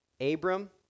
Abram